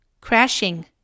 Crashing